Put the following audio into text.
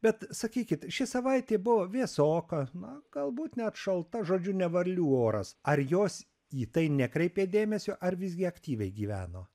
bet sakykit ši savaitė buvo vėsoka na galbūt net šalta žodžiu ne varlių oras ar jos į tai nekreipė dėmesio ar visgi aktyviai gyveno